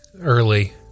early